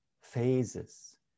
phases